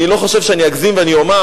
אני לא חושב שאני אגזים ואני אומר,